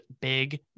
big